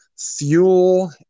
fuel